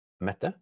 Mette